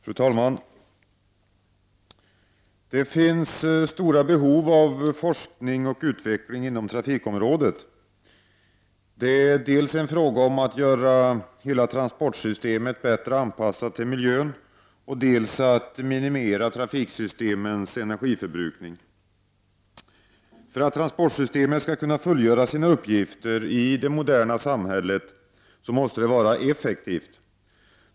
Fru talman! Det finns stora behov av forskning och utveckling inom trafikområdet. Det är dels fråga om att göra hela transportsystemet bättre anpassat till miljön, dels att minimera trafiksystemets energiförbrukning. För att transportsystemet skall kunna fullgöra sina uppgifter i det moderna samhället måste det vara effektivt.